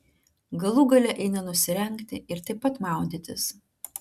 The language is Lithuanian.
galų gale eina nusirengti ir taip pat maudytis